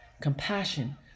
Compassion